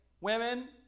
Women